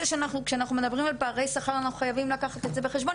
כשאנחנו מדברים על פערי שכר אנחנו חייבים לקחת את זה בחשבון.